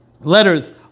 letters